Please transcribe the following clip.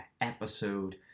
episode